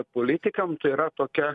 politikam tai yra tokia